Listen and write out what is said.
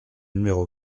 numéro